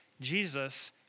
Jesus